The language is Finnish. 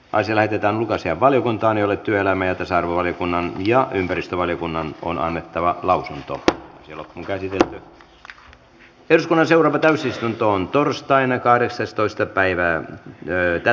asia lähetettiin ulkoasiainvaliokuntaan jolle työelämä ja tasa arvovaliokunnan ja ympäristövaliokunnan on annettava lausunto sillä käsitellyt pesonen seurata täysistuntoon torstaina kahdeksastoista päivää töitä